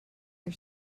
are